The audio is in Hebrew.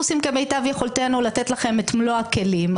אנחנו עושים כמיטב יכולתנו לתת לכם את מלוא הכלים,